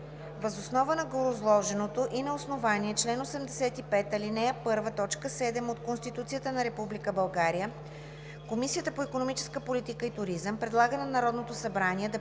Въз основа на гореизложеното и на основание чл. 85, ал. 1, т. 7 от Конституцията на Република България Комисията по икономическа политика и туризъм предлага на Народното събрание да